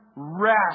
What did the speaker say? Rest